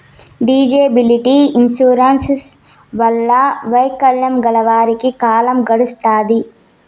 disability insurance వల్ల వైకల్యం గల వారికి కాలం గడుత్తాది